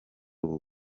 ubu